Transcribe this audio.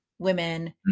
women